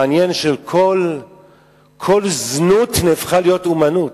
מעניין שכל זנות נהפכה להיות אמנות.